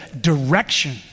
direction